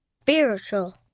Spiritual